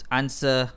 answer